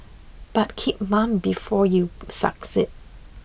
but keep mum before you succeed